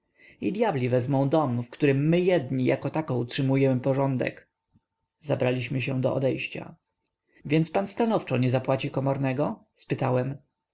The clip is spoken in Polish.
i dyabli wezmą dom w którym my jedni jako tako utrzymujemy porządek zabraliśmy się do odejścia więc pan stanowczo nie zapłaci komornego spytałem